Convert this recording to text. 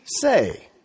say